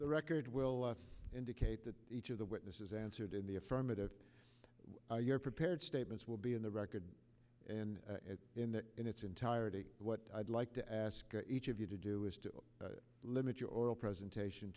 the record will indicate that each of the witnesses answered in the affirmative prepared statements will be in the record and in that in its entirety what i'd like to ask each of you to do is to limit your oral presentation